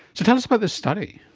so tell us about this study.